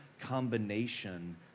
combination